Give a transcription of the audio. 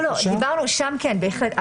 לא, לא, שם כן, בהחלט.